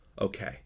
okay